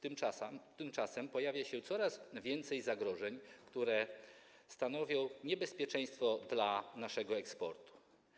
Tymczasem pojawia się coraz więcej zagrożeń, które stanowią niebezpieczeństwo dla naszego eksportu.